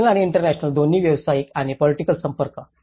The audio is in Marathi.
नॅशनल आणि इंटरनॅशनल दोन्ही व्यावसायिक आणि पोलिटिकल संपर्क